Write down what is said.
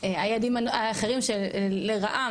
היעדים האחרים שלרעה,